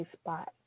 spot